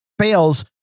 fails